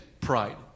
pride